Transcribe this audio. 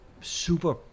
super